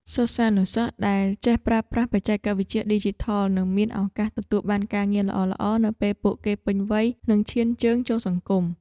សិស្សានុសិស្សដែលចេះប្រើប្រាស់បច្ចេកវិទ្យាឌីជីថលនឹងមានឱកាសទទួលបានការងារល្អៗនៅពេលពួកគេពេញវ័យនិងឈានជើងចូលសង្គម។